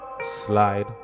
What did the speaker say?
Slide